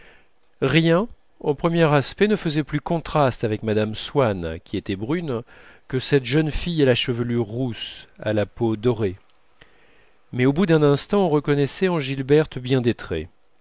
rien au premier aspect ne faisait plus contraste avec mme swann qui était brune que cette jeune fille à la chevelure rousse à la peau dorée mais au bout d'un instant on reconnaissait en gilberte bien des traits